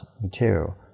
material